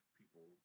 people